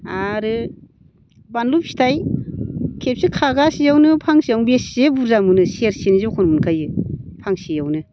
आरो बानलु फिथाइ खेबसे खागासेआवनो फांसेआवनो बेसे बुरजा मोनो सेरसेनि जख' मोनखायो फांसेआवनो